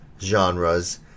genres